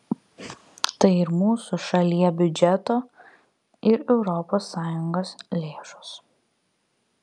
tai ir mūsų šalie biudžeto ir europos sąjungos lėšos